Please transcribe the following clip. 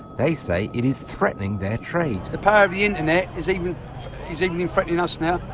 they say it is threatening their trade. the power of the internet is even is even threatening us now.